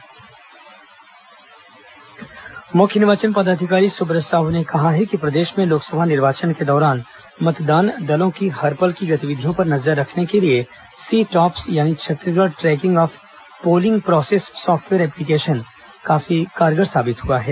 सी TOPS app मुख्य निर्वाचन पदाधिकारी सुब्रत साहू ने कहा है कि प्रदेश में लोकसभा निर्वाचन के दौरान मतदान दलों की हर पल की गतिविधियों पर नजर रखने के लिए सी टॉप्स यानी Chhattisgarh tracking of polling process software application काफी कारगर साबित हुआ है